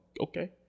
okay